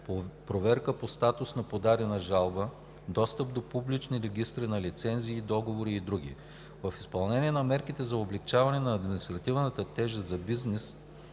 проверка по статуса на подадена жалба, достъп до публични регистри на лицензи и договори и други. В изпълнение на мерките за облекчаване на административната тежест за бизнеса